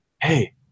hey